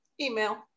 email